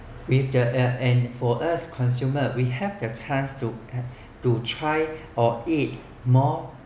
with the uh and for us consumers we have the chance to try or eat more